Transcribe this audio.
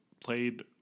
played